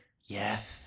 yes